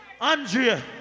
Andrea